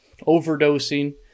overdosing